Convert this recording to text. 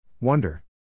Wonder